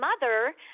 mother